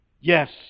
Yes